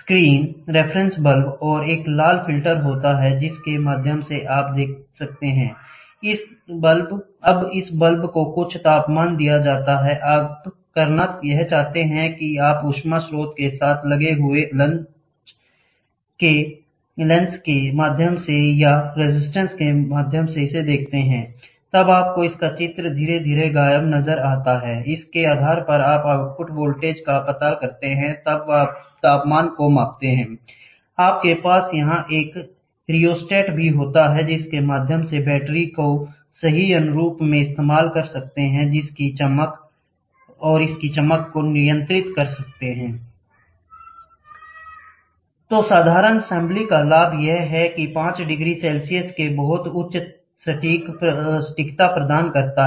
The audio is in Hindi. स्क्रीन रेफरेंस बल्ब और एक लाल फिल्टर होता है जिसके माध्यम से आप देख सकते हैं I अब इस बल्ब को कुछ तापमान दिया जाता है I आप करना यह चाहते हैं कि आप ऊष्मा स्रोत के साथ लगे हुए लंच के माध्यम से या रजिस्टेंस के माध्यम से इसे देखते हैं I तब आपको इसका चित्र धीरे धीरे गायब नजर आता है I इसके आधार पर आप आउटपुट वोल्टेज का पता करते हैं तथा तापमान को मापते हैं I आपके पास यहां एक रियोस्टेट भी होता है जिसके माध्यम से बैटरी को सही अनुरूप में इस्तेमाल कर सकते हैं जैसे कि चमक को नियंत्रित करना I तो साधारण असेंबली का लाभ यह है की 5 डिग्री सेल्सियस के बहुत उच्च सटीकता प्रदान करता है